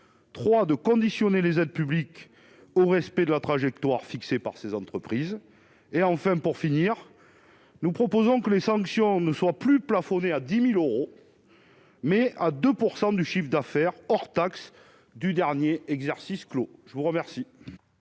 3 de conditionner les aides publiques au respect de la trajectoire fixée par ces entreprises, et enfin pour finir, nous proposons que les sanctions ne seront plus plafonnées à 10000 euros mais à 2 % du chiffre d'affaires hors taxes du dernier exercice clos je vous remercie.